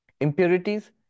Impurities